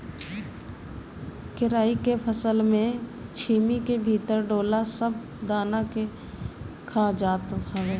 केराई के फसल में छीमी के भीतर ढोला सब दाना के खा जात हवे